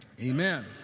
amen